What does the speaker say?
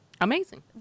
Amazing